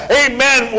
amen